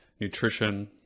nutrition